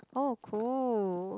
oh cool